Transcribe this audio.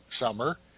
summer